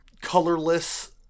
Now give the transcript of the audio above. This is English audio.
colorless